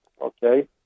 Okay